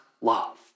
love